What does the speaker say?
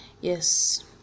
yes